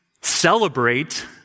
celebrate